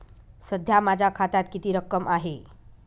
सध्या माझ्या खात्यात किती रक्कम आहे?